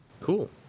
Cool